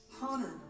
Hunter